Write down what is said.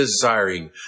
desiring